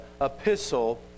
epistle